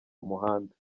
umuhanda